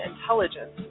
intelligence